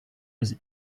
was